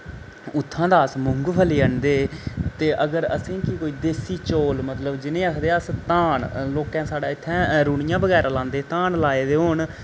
उत्थां दा अस मूंगफली आह्नदे ते अगर असेंगी कोई देसी चौल मतलब जिनेंगी आखदे अस धान लोकैं साढ़े इत्थें रूनियां बगैरा लांदे धान लाए दे होन